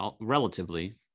relatively